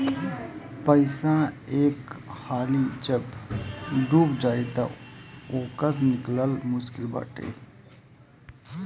पईसा एक हाली जब डूब जाई तअ ओकर निकल मुश्लिक बाटे